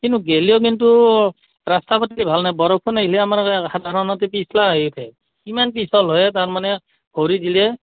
কিন্তু গ'লেও কিন্তু ৰাস্তা পাতি ভাল নাপায় আৰু বৰষুণ আহিলে আমাৰ সাধাৰণতে পিছলা হৈ যায় ইমান পিছল হয় তাৰমানে ভৰি দিলে